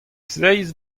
zeiz